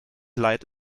leid